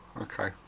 okay